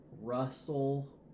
Russell